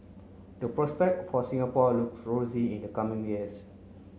the prospect for Singapore looks rosy in the coming years